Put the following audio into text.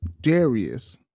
Darius